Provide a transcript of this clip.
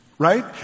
Right